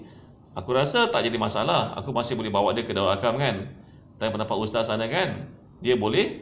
aku rasa tak jadi masalah aku rasa masih boleh bawa dia ke dalam akram kan tapi pendapat ustaz sana kan dia boleh